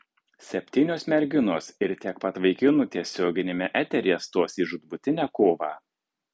septynios merginos ir tiek pat vaikinų tiesiogiame eteryje stos į žūtbūtinę kovą